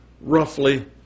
roughly